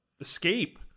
escape